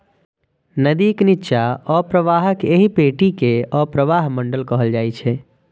नदीक निच्चा अवप्रवाहक एहि पेटी कें अवप्रवाह मंडल कहल जाइ छै